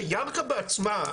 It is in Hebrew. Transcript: שירכא בעצמה,